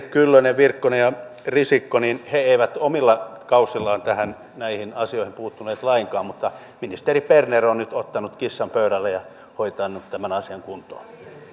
kyllönen virkkunen ja risikko eivät omilla kausillaan näihin asioihin puuttuneet lainkaan mutta ministeri berner on nyt ottanut kissan pöydälle ja hoitanut tämän asian kuntoon